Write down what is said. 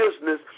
business